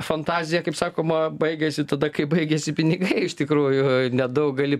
fantazija kaip sakoma baigiasi tada kai baigiasi pinigai iš tikrųjų nedaug gali